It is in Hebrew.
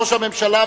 ראש הממשלה,